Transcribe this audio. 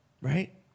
right